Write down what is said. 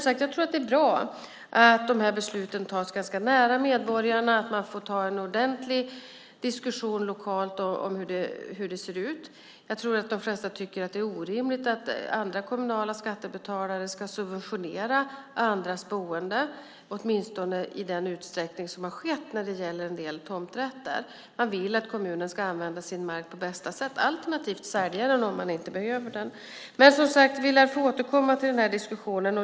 Jag tror att det är bra att de här besluten tas ganska nära medborgarna, att man får ta en ordentlig diskussion lokalt om hur det ser ut. Jag tror att de flesta tycker att det är orimligt att skattebetalare i kommunen ska subventionera andras boende, åtminstone i den utsträckning som har skett när det gäller en del tomträtter. Man vill att kommunen ska använda sin mark på bästa sätt, alternativt sälja den om den inte behöver den. Vi får återkomma till den här diskussionen.